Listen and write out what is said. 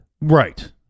Right